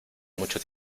mucho